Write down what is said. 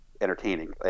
entertaining